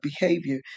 behavior